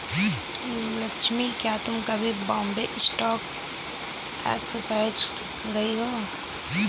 लक्ष्मी, क्या तुम कभी बॉम्बे स्टॉक एक्सचेंज गई हो?